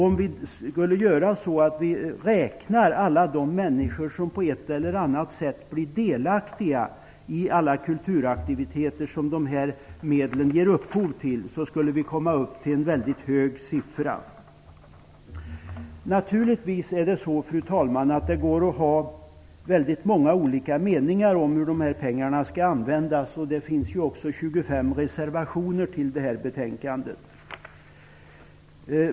Om vi skulle räkna alla de människor som på ett eller annat sätt blir delaktiga i alla kulturaktiviteter som dessa medel ger upphov till skulle vi komma upp till en väldigt hög siffra. Fru talman! Det går naturligtvis att ha väldigt olika meningar om hur dessa pengar skall användas. Det finns också 25 reservationer till detta betänkande.